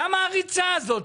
למה הריצה הזאת?